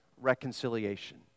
reconciliation